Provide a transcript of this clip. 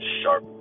sharp